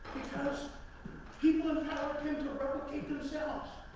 because people in power tend to replicate themselves.